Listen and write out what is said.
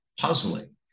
puzzling